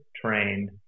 trained